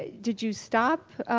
did you stop.